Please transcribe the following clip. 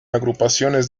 agrupaciones